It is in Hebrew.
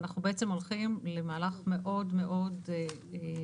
אנחנו בעצם הולכים למהלך מאוד מאוד גדול